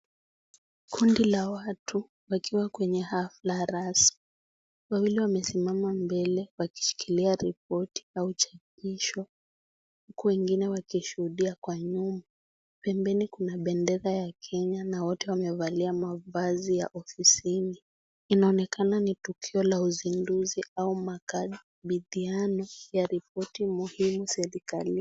Kundi la watu wakiwa kwenye hafla rasmi. Wawili wamesimama mbele wakishikilia ripoti ya kuchapishwa huku wengine wakishuhudia kwa nyuma. Pembeni kuna pendera ya Kenya na wote wamevalia mavazi ya ofisini. Inaonekana ni tukio la uzinduzi au makabidhiano ya ripoti muhimu serikalini.